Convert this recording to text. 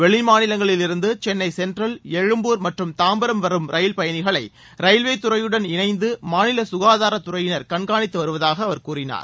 வெளிமாநிலங்களிலிருந்து Chennai central Egmore மற்றும் தாரம்பரம் வரும் rail பயணிகளை ரயில்வே துறையுடன் இணைந்து மாநில க்காதாரத் துறையினர் கண்காணித்து வருவதாக கூறினார்